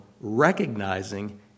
recognizing